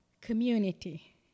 community